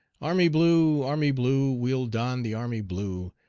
army blue, army blue, we'll don the army blue,